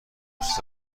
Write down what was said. دوست